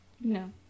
No